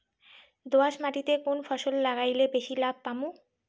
দোয়াস মাটিতে কুন ফসল লাগাইলে বেশি লাভ পামু?